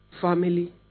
family